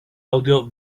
audio